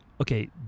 Okay